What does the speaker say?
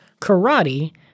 karate